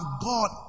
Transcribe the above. God